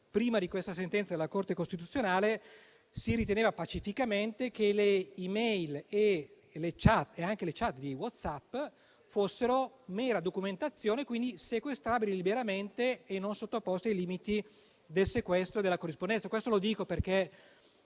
prima di questa sentenza della Corte costituzionale si riteneva pacificamente che le *e-mail* e le *chat*, anche quelle di WhatsApp, fossero mera documentazione e quindi sequestrabili liberamente e non sottoposte ai limiti del sequestro della corrispondenza.